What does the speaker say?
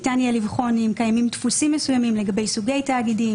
ניתן יהיה לבחון אם קיימים דפוסים מסוימים לגבי סוגי תאגידים,